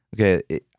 okay